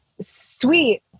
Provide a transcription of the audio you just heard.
sweet